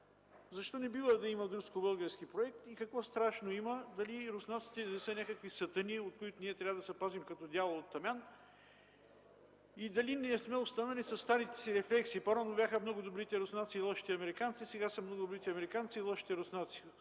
защо не бива да има руско-български проект и какво страшно има? Дали руснаците не са някакви сатани, от които ние трябва да се пазим като дявол от тамян? И дали не сме останали със старите си рефлекси – по-рано бяха много добрите руснаци и лошите американци, сега са много добрите американци и лошите руснаци,